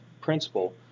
principle